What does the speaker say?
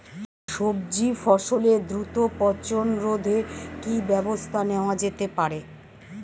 সবজি ফসলের দ্রুত পচন রোধে কি ব্যবস্থা নেয়া হতে পারে?